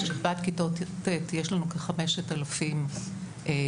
בשכבת כיתות ט' יש לנו כ-5,000 כיתות.